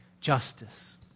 justice